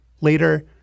Later